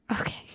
okay